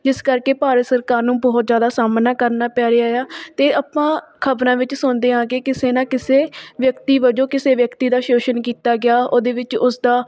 ਜਿਸ ਕਰਕੇ ਭਾਰਤ ਸਰਕਾਰ ਨੂੰ ਬਹੁਤ ਜ਼ਿਆਦਾ ਸਾਹਮਣਾ ਕਰਨਾ ਪੈ ਰਿਹਾ ਆ ਅਤੇ ਆਪਾਂ ਖਬਰਾਂ ਵਿੱਚ ਸੁਣਦੇ ਹਾਂ ਕਿ ਕਿਸੇ ਨਾ ਕਿਸੇ ਵਿਅਕਤੀ ਵਜੋਂ ਕਿਸੇ ਵਿਅਕਤੀ ਦਾ ਸ਼ੋਸ਼ਨ ਕੀਤਾ ਗਿਆ ਉਹਦੇ ਵਿੱਚ ਉਸਦਾ